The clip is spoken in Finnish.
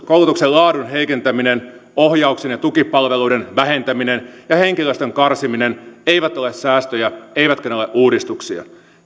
koulutuksen laadun heikentäminen ohjauksen ja tukipalveluiden vähentäminen ja henkilöstön karsiminen eivät ole säästöjä eivätkä ne ole uudistuksia